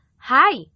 hi